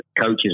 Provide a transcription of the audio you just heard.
coaches